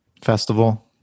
festival